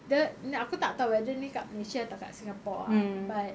dia ni aku tak tahu whether ni kat malaysia atau kat singapore ah but